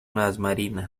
marinas